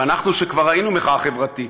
ואנחנו, שכבר ראינו מחאה חברתית,